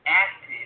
active